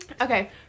okay